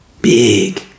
big